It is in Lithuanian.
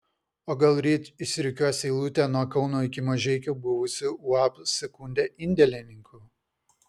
o gal ryt išsirikiuos eilutė nuo kauno iki mažeikių buvusių uab sekundė indėlininkų